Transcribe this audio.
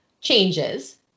changes